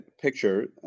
picture